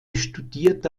studierte